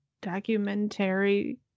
documentary